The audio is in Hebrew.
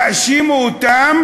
יאשימו אותם